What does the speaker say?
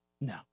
No